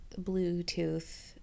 bluetooth